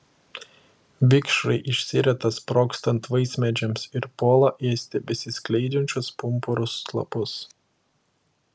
vikšrai išsirita sprogstant vaismedžiams ir puola ėsti besiskleidžiančius pumpurus lapus